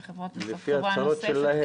וחברות נוספות --- לפי ההצהרות שלהם.